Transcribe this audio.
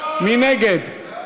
מי נגד?